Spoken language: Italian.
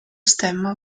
stemma